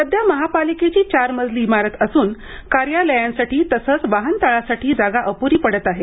सध्या महापालिकेची चार मजली इमारत असून कार्यालयांसाठी तसच वाहनतळासाठी जागा अपुरी पडत आहे